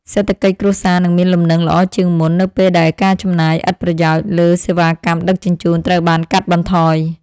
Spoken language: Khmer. សេដ្ឋកិច្ចគ្រួសារនឹងមានលំនឹងល្អជាងមុន នៅពេលដែលការចំណាយឥតប្រយោជន៍លើសេវាកម្មដឹកជញ្ជូនត្រូវបានកាត់បន្ថយ។